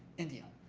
india,